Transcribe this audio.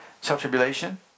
Self-tribulation